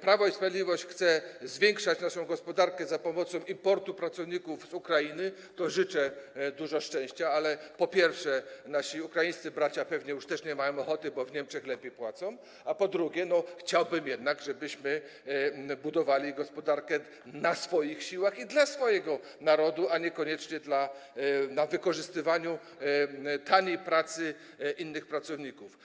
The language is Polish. Prawo i Sprawiedliwość chce zwiększać naszą gospodarkę za pomocą importu pracowników z Ukrainy, to życzę dużo szczęścia, ale, po pierwsze, nasi ukraińscy bracia pewnie też już nie mają ochoty, bo w Niemczech lepiej płacą, a po drugie, chciałbym jednak, żebyśmy budowali gospodarkę swoimi siłami i dla swojego narodu, niekoniecznie opartą na wykorzystywaniu taniej pracy innych pracowników.